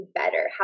better